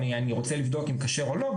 אני רוצה לבדוק אם כשר או לא,